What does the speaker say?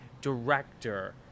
director